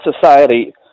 society